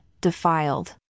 defiled